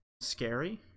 scary